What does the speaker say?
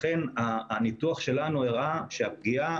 לכן הניתוח שלנו הראה שהפגיעה,